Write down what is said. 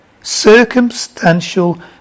Circumstantial